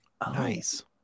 Nice